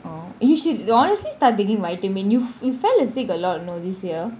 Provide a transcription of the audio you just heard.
oh you should honestly start taking vitamin you you f~ fell sick a lot you know this year